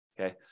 okay